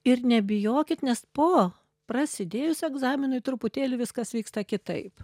ir nebijokit nes po prasidėjus egzaminui truputėlį viskas vyksta kitaip